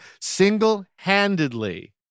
single-handedly